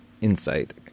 insight